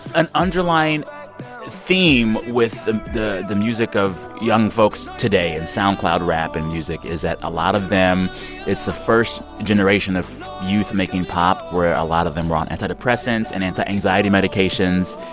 an underlying theme with the the music of young folks today and soundcloud rap and music is that a lot of them it's the first generation of youth making pop where a lot of them are on antidepressants and anti-anxiety medications.